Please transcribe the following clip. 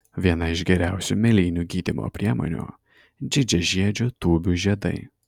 viena iš geriausių mėlynių gydymo priemonių didžiažiedžių tūbių žiedai